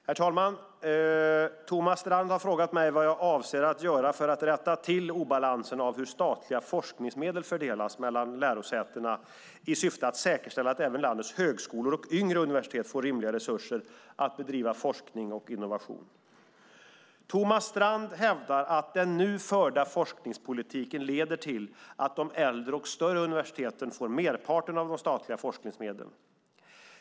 Herr talman! Thomas Strand har frågat mig vad jag avser att göra för att rätta till obalansen av hur statliga forskningsmedel fördelas mellan lärosätena i syfte att säkerställa att även landets högskolor och yngre universitet får rimliga resurser för att bedriva forskning och innovation. Thomas Strand hävdar att den nu förda forskningspolitiken leder till att de äldre och större universiteten får merparten av de statliga forskningsmedlen.